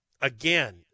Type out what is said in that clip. Again